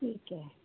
ठीक ऐ